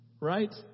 Right